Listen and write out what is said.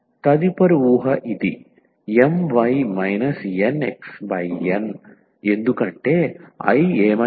తదుపరి ఊహ ఇది My NxN ఎందుకంటే I ఏమైనప్పటికీ x యొక్క ఫంక్షన్